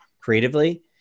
creatively